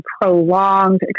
prolonged